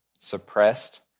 suppressed